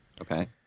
Okay